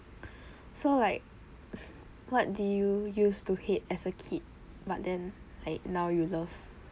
so like what do you use to hate as a kid but then like now you love